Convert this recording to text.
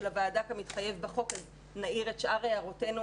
הוועדה כמתחייב בחוק נעיר את שאר הערותינו